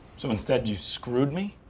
so, instead, you screwed me?